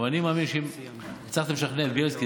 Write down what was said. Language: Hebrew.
אני מאמין שאם הצלחתם לשכנע את בילסקי